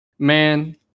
Man